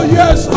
yes